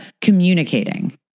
communicating